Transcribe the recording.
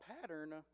pattern